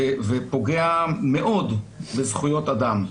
ופוגע מאוד בזכויות אדם.